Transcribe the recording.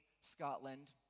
Scotland